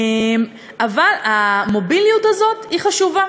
אבל המוביליות הזאת היא חשובה.